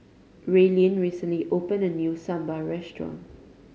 Raelynn recently opened a new Sambar restaurant